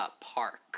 park